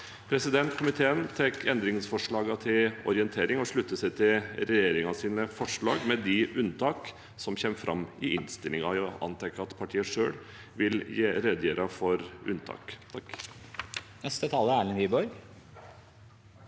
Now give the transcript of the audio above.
post 76. Komiteen tar endringsforslagene til orientering og slutter seg til regjeringens forslag, med de unntak som kommer fram i innstillingen. Jeg antar at partiene selv vil redegjøre for unntak.